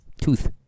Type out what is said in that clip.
Tooth